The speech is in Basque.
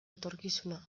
etorkizuna